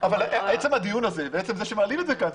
אבל עצם הדיון הזה ועצם זה שמעלים את זה כאן,